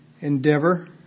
endeavor